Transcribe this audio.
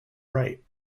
right